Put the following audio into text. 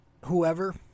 whoever